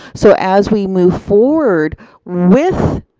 so as we move forward with